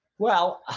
well,